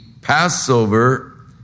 Passover